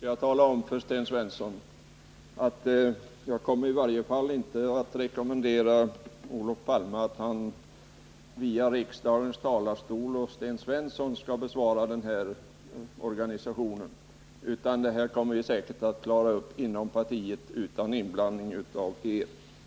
Herr talman! Jag kan tala om för Sten Svensson att jag i varje fall inte kommer att rekommendera Olof Palme att via riksdagens talarstol och Sten Svensson besvara denna organisations frågor. Detta kommer vi säkert att 95 klara upp inom partiet utan inblandning av er.